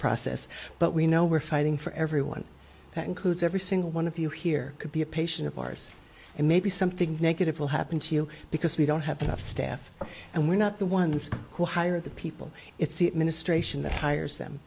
process but we know we're fighting for everyone that includes every single one of you here could be a patient of ours and maybe something negative will happen to you because we don't have enough staff and we're not the ones who hire the people it's the administration that hires them